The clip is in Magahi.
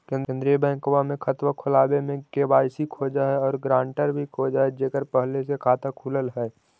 केंद्रीय बैंकवा मे खतवा खोलावे मे के.वाई.सी खोज है और ग्रांटर भी खोज है जेकर पहले से खाता खुलल है?